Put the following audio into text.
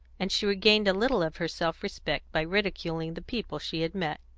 and she regained a little of her self-respect by ridiculing the people she had met.